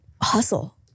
hustle